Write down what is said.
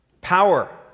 power